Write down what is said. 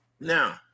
Now